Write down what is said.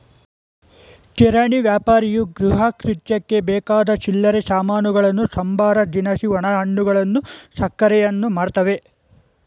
ಕಿರಾಣಿ ವ್ಯಾಪಾರಿಯು ಗೃಹಕೃತ್ಯಕ್ಕೆ ಬೇಕಾದ ಚಿಲ್ಲರೆ ಸಾಮಾನುಗಳನ್ನು ಸಂಬಾರ ದಿನಸಿ ಒಣಹಣ್ಣುಗಳು ಸಕ್ಕರೆಯನ್ನು ಮಾರ್ತವೆ